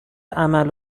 عمل